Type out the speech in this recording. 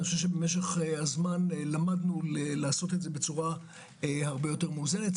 במשך הזמן למדנו לעשות את זה בצורה הרבה יותר מאוזנת.